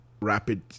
rapid